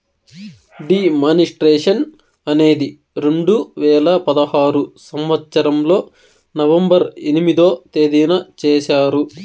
D మానిస్ట్రేషన్ అనేది రెండు వేల పదహారు సంవచ్చరంలో నవంబర్ ఎనిమిదో తేదీన చేశారు